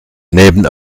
neben